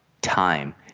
time